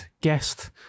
guest